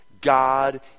God